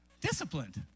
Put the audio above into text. disciplined